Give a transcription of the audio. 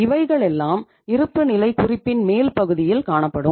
இவைகளெல்லாம் இருப்புநிலைக் குறிப்பின் மேல் பகுதியில் காணப்படும்